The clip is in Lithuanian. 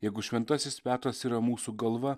jeigu šventasis petras yra mūsų galva